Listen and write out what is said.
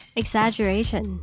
exaggeration